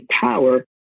power